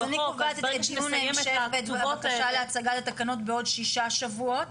אז אני קובעת בקשה להצגת התקנות בעוד שישה שבועות.